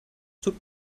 tut